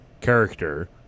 character